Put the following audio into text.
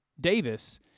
Davis